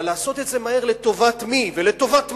אבל לעשות את זה מהר לטובת מי ולטובת מה?